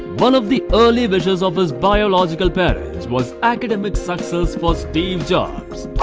one of the early visions of his biological parents was academic success for steve jobs.